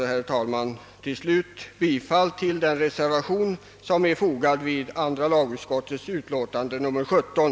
Herr talman! Jag yrkar därför bifall till den reservation av herr Strand m.fl. som är fogad till andra lagutskottets utlåtande nr 17.